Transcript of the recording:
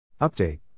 Update